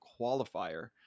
Qualifier